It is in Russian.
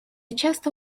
часто